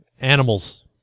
animals